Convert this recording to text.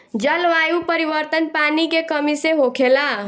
जलवायु परिवर्तन, पानी के कमी से होखेला